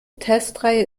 testreihe